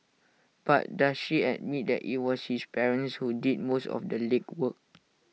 but does she admit that IT was his parents who did most of the legwork